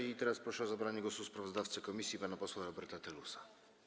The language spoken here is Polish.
I teraz proszę o zabranie głosu sprawozdawcę komisji pana posła Roberta Telusa.